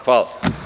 Hvala.